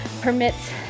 permits